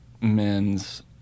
men's